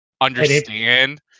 understand